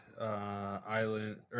Island